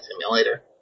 simulator